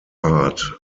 art